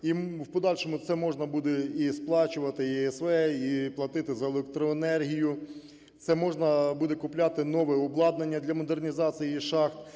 І в подальшому це можна буде і сплачувати ЄСВ, і платити за електроенергію, це може буде купляти нове обладнання для модернізації шахт,